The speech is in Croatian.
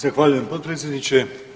Zahvaljujem potpredsjedniče.